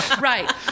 Right